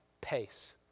pace